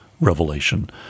revelation